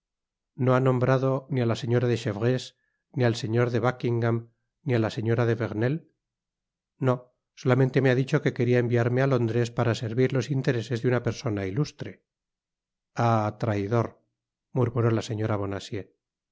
no ha nombrado ni á la señora de chevreuse ni al señor de buckingam ni á la señora de vernel no solamente me ha dicho que queria enviarme a londres para servir los intereses de una persona ilustre ah traidor murmuró la señora